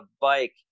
bike